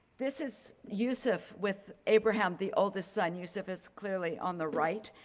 this is yosef with abraham the oldest son. yosef is clearly on the right.